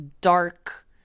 dark